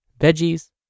veggies